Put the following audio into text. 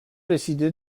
رسیده